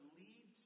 lead